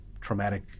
traumatic